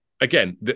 again